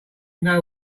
know